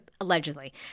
allegedly